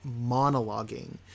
monologuing